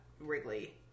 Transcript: Wrigley